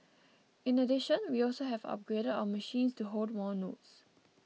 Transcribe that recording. in addition we also have upgraded our machines to hold more notes